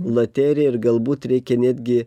loterija ir galbūt reikia netgi